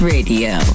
Radio